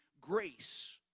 grace